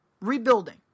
Rebuilding